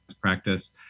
practice